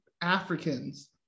Africans